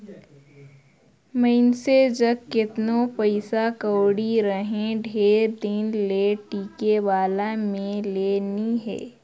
मइनसे जग केतनो पइसा कउड़ी रहें ढेर दिन ले टिके वाला में ले नी हे